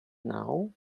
now